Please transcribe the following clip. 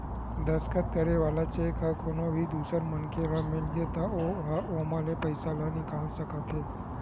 दस्कत करे वाला चेक ह कोनो भी दूसर मनखे ल मिलगे त ओ ह ओमा ले पइसा ल निकाल सकत हे